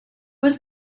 was